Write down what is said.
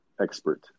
expert